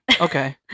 Okay